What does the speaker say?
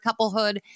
couplehood